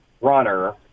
runner